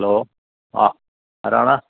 hello അ ആരാണ്